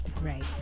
Right